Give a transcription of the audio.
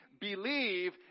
believe